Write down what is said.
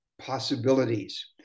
possibilities